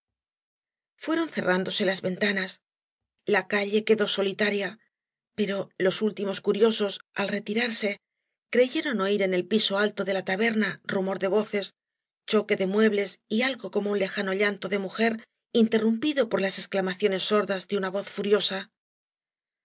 fueron cerrándose las ventanas la calle queoaíías y barro dó solitaria pero los últimos curiosos al retirarse creyeron oir en el piso alto de la taberna rumor de voces choque de muebles y algo como un lejano llanto de mujer interrumpido por las exclamaclones sordas de una voz furiosa